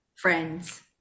friends